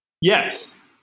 Yes